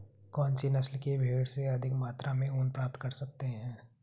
कौनसी नस्ल की भेड़ से अधिक मात्रा में ऊन प्राप्त कर सकते हैं?